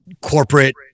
corporate